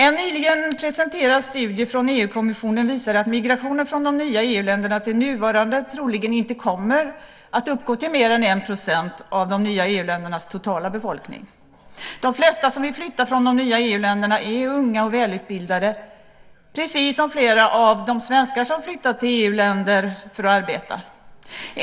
En nyligen presenterad studie från EU-kommissionen visar att migrationen från de nya EU-länderna till de nuvarande troligen inte kommer att uppgå till mer än 1 % av de nya EU-ländernas totala befolkning. De flesta som vill flytta från de nya EU-länderna är unga och välutbildade, precis som flera av de svenskar som flyttar till andra EU-länder för att arbeta.